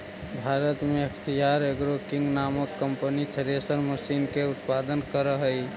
भारत में Akhtiyar agro king नामक company thresher machine के उत्पादन करऽ हई